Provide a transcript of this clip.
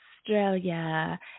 Australia